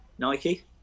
Nike